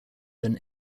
than